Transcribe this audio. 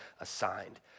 assigned